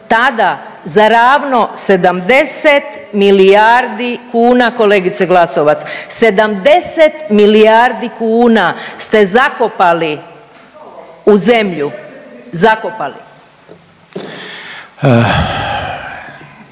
tada za ravno 70 milijardi kuna kolegice Glasovac, 70 milijardi kuna ste zakopali u zemlju, zakopali.